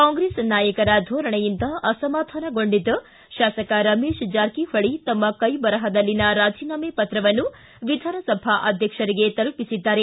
ಕಾಂಗ್ರೆಸ್ ನಾಯಕರ ಧೋರಣೆಯಿಂದ ಅಸಮಧಾನಗೊಂಡಿದ್ದ ಶಾಸಕ ರಮೇಶ ಜಾರಕಿಹೊಳಿ ತಮ್ಮ ಕೈಬರಹದಲ್ಲಿನ ರಾಜೀನಾಮೆ ಪತ್ರವನ್ನು ವಿಧಾನಸಭಾ ಅಧ್ಯಕ್ಷರಿಗೆ ತಲುಪಿಸಿದ್ದಾರೆ